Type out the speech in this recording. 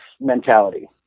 mentality